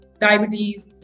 diabetes